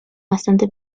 bastante